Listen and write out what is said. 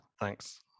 Thanks